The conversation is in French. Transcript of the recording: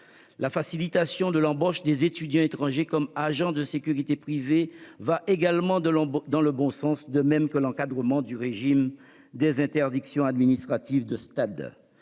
La facilitation de l'embauche des étudiants étrangers comme agents de sécurité privée va dans le bon sens, de même que l'encadrement du régime des interdictions administratives de stade.